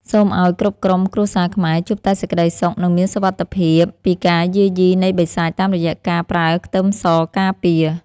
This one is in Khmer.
សូមឱ្យគ្រប់ក្រុមគ្រួសារខ្មែរជួបតែសេចក្តីសុខនិងមានសុវត្ថិភាពពីការយាយីនៃបិសាចតាមរយៈការប្រើខ្ទឹមសការពារ។